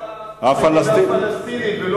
מדינה פלסטינית ולא,